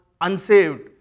unsaved